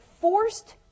forced